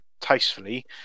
tastefully